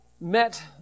met